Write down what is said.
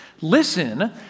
Listen